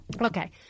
Okay